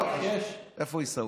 איפה עיסאווי?